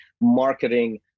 marketing